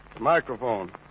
microphone